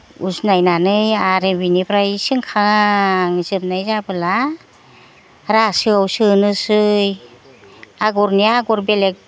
उसनायनानै आरो बिनिफ्राय सिंखा सेबनाय जाबोला रासायाव सोनोसै आगरनिया आगर बेलेकसो